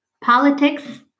politics